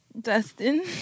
Dustin